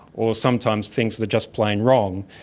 or sometimes things that are just plain wrong.